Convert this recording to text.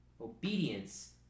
obedience